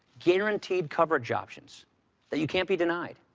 guaranteed coverage options that you can't be denied,